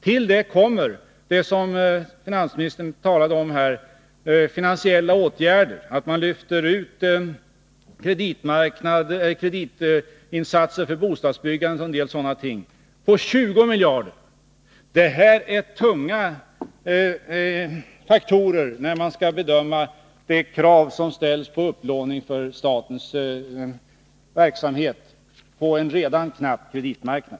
Till det kommer det som finansministern talade om här, finansiella åtgärder — att man lyfter ut kreditinsatser för bostadsbyggande och sådana ting på 20 miljarder. Detta är tunga faktorer när man skall bedöma de krav som ställts på upplåning för statens verksamhet på en redan knapp kreditmarknad.